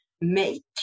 make